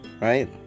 right